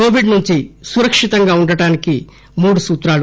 Covid నుంచి సురక్షితంగా ఉండటానికి మూడు సూత్రాలు